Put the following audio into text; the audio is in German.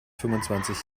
fünfundzwanzig